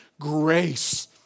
grace